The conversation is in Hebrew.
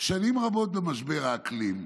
שנים רבות למשבר האקלים,